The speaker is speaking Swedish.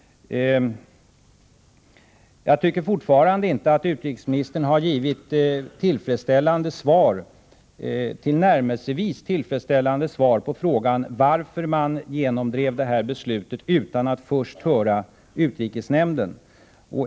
Jag tycker fortfarande inte att utrikesministern har givit tillnärmelsevis tillfredsställande svar på frågan varför man genomdrev detta beslut utan att först höra utrikesnämnden.